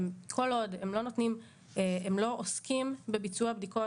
כל עוד הם לא עוסקים בביצוע בדיקות,